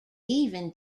even